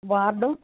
വാർഡോ